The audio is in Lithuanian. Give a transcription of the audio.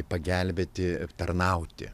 pagelbėti tarnauti